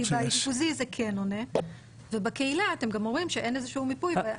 כי ב אשפוזי זה כן עונה ובקהילה אתם גם אומרים שאין איזשהו מיפוי.